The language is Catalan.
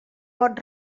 pot